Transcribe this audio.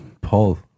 Paul